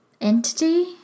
entity